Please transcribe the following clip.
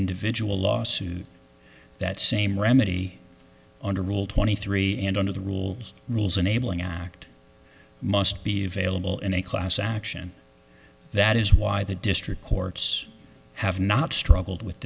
individual lawsuit that same remedy under rule twenty three and under the rules rules enabling act must be available in a class action that is why the district courts have not struggled with